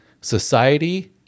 society